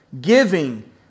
Giving